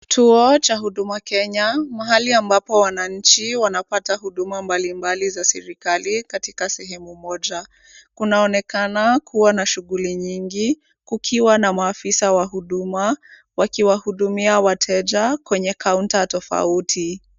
Kituo cha huduma Kenya, mahali ambapo wananchi wanapata huduma mbalimbali za serikali katika sehemu moja. Kunaonekana kuwa na shughuli nyingi, kukiwa na maafisa wa huduma wakiwahudumia wateja kwenye kaunta tofauti.